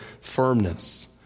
firmness